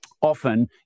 often